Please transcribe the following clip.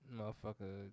Motherfucker